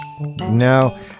No